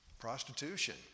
prostitution